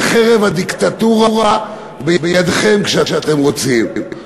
וחרב הדיקטטורה בידכם כשאתם רוצים.